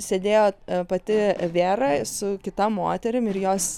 sėdėjo pati vėra su kita moterim ir jos